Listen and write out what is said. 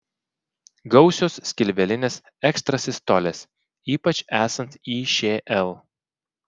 gausios skilvelinės ekstrasistolės ypač esant išl